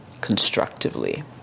constructively